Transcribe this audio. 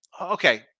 Okay